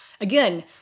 again